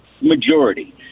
majority